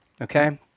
Okay